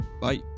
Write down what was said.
Bye